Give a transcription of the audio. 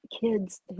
kids